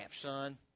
son